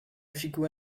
figur